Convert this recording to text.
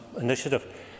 initiative